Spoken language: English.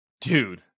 dude